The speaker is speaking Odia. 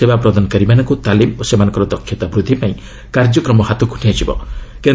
ଏହାବ୍ୟତୀତ ସେବା ପ୍ରଦାନାକାରୀମାନଙ୍କୁ ତାଲିମ୍ ଓ ସେମାନଙ୍କର ଦକ୍ଷତା ବୃଦ୍ଧିପାଇଁ କାର୍ଯ୍ୟକ୍ରମ ହାତକୁ ନିଆଯିବ